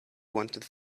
wanted